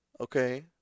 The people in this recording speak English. okay